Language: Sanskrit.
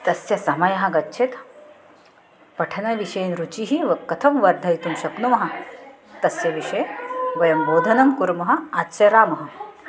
तस्य समयः गच्छेत् पठनविषये रुचिः वा कथं वर्धयितुं शक्नुमः तस्य विषये वयं बोधनं कुर्मः आचरामः